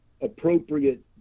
appropriate